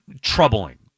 troubling